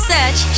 Search